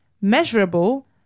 Measurable